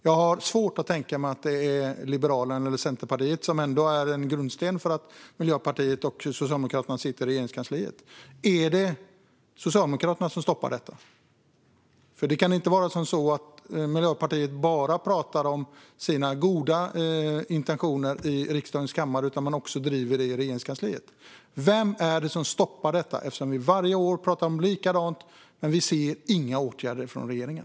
Jag har svårt att tänka mig att det är Liberalerna eller Centerpartiet, som ändå är en grundsten för att Miljöpartiet och Socialdemokraterna sitter i Regeringskansliet. Är det Socialdemokraterna som stoppar detta? Det kan inte vara så att Miljöpartiet bara talar om sina goda intentioner i riksdagens kammare utan att man också driver det i Regeringskansliet. Vem är det som stoppar detta, eftersom vi varje år talar om samma sak men inte ser några åtgärder från regeringen?